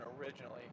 originally